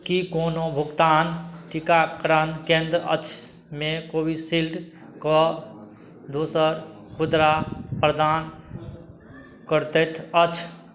कि कोनो भुगतान टीकाकरण केन्द्र अछि जे कोविशील्डके दोसर खोराक प्रदान करैत अछि